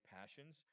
passions